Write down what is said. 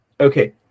Okay